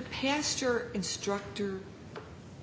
past your instructor